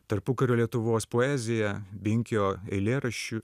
tarpukario lietuvos poezija binkio eilėraščių